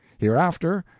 hereafter,